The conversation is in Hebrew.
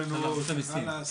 לא רשות המיסים.